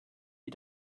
die